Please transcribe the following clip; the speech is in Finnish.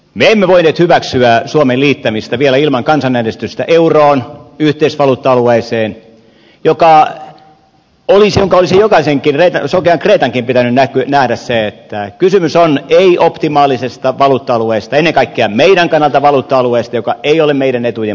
me emme voineet hyväksyä suomen liittämistä vielä ilman kansanäänestystä euroon yhteisvaluutta alueeseen josta olisi jokaisen sokean kreetankin pitänyt nähdä että kysymys on ei optimaalisesta valuutta alueesta ennen kaikkea meidän kannaltamme valuutta alueesta joka ei ole meidän etujemme mukainen